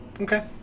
okay